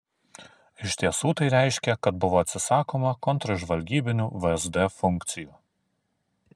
iš tiesų tai reiškė kad buvo atsisakoma kontržvalgybinių vsd funkcijų